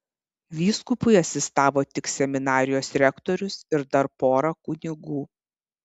vyskupui asistavo tik seminarijos rektorius ir dar pora kunigų